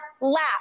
lap